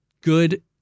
good